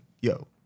yo